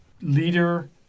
leader